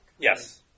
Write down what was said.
Yes